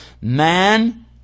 Man